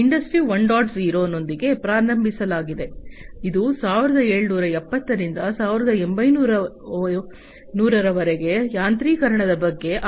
0 ನೊಂದಿಗೆ ಪ್ರಾರಂಭಿಸಲಾಗಿದೆ ಇದು 1770 ರಿಂದ 1800 ರವರೆಗೆ ಯಾಂತ್ರೀಕರಣದ ಬಗ್ಗೆ ಆಗಿತ್ತು